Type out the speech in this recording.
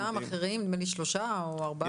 נדמה לי שלושה או ארבעה.